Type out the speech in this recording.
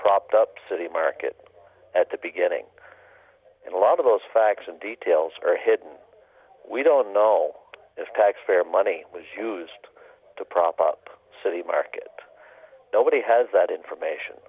propped up city market at the beginning and a lot of those facts and details are hidden we don't know if taxpayer money was used to prop up city market nobody has that information